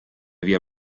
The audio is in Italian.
via